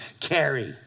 carry